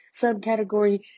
subcategory